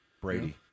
Brady